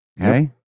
Okay